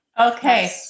Okay